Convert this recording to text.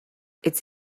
its